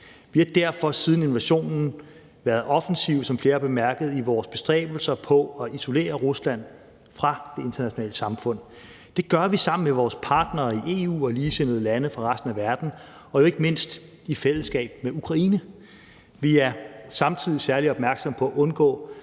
Vi har derfor siden invasionen været offensive, som flere har bemærket, i vores bestræbelser på at isolere Rusland fra det internationale samfund. Det gør vi sammen med vores partnere i EU og ligesindede lande fra resten af verden og jo ikke mindst i fællesskab med Ukraine. Vi er samtidig særlig opmærksomme på at undgå,